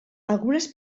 algunes